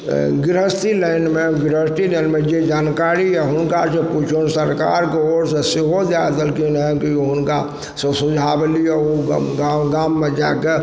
गृहस्थि लाइनमे गृहस्थि लाइनमे जे जानकारी अछि हुनका जे पुछियोन सरकारके ओरसँ सेहो दए देलखिन हेँ कि हुनका सँ सुझाव लिअ ओ गाम गाममे जाके